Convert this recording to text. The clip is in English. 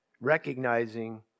recognizing